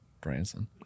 Branson